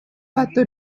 fatto